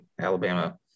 Alabama